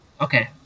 Okay